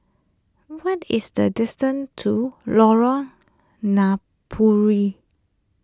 what is the distance to Lorong Napiri